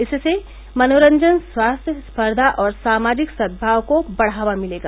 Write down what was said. इससे मनोरंजन स्वास्थ्य स्पर्घा और सामाजिक सद्माव को बढ़ावा मिलेगा